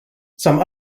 some